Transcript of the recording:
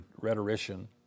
rhetorician